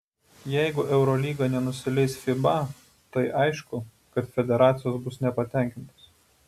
jeigu eurolyga nenusileis fiba tai aišku kad federacijos bus nepatenkintos